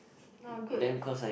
not good eh